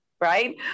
Right